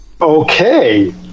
Okay